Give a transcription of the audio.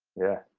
yeah.